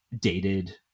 Dated